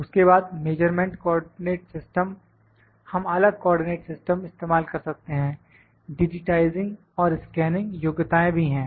उसके बाद measurement coordinate system हम अलग कोऑर्डिनेट सिस्टम इस्तेमाल कर सकते हैं डिजिटाइजिंग और स्कैनिंग योग्यताएं भी है